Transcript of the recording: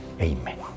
Amen